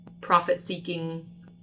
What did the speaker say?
profit-seeking